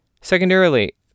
Secondarily